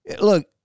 Look